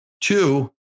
Two